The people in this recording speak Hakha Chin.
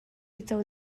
uico